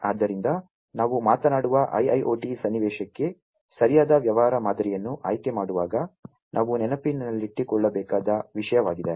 ಆದ್ದರಿಂದ ನಾವು ಮಾತನಾಡುವ IIoT ಸನ್ನಿವೇಶಕ್ಕೆ ಸರಿಯಾದ ವ್ಯವಹಾರ ಮಾದರಿಯನ್ನು ಆಯ್ಕೆಮಾಡುವಾಗ ನಾವು ನೆನಪಿನಲ್ಲಿಟ್ಟುಕೊಳ್ಳಬೇಕಾದ ವಿಷಯವಾಗಿದೆ